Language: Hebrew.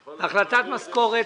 הסכים.